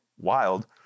Wild